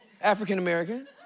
African-American